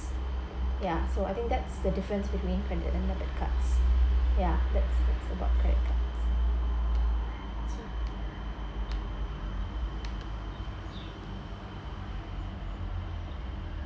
ya so I think that's the difference between credit and debit cards ya that's that's about credit cards